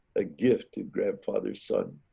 a gifted grandfather's son.